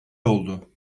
oldu